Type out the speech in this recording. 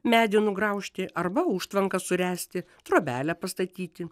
medį nugraužti arba užtvanką suręsti trobelę pastatyti